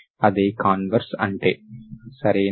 అదే కాన్వర్స్ అంటే సరేనా